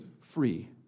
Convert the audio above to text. free